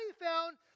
found